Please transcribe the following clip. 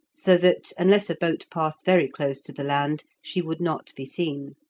so that, unless a boat passed very close to the land, she would not be seen.